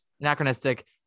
anachronistic